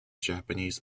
japanese